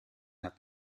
hat